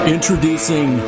Introducing